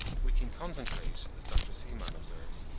we can concentrate, as dr. seemann observes,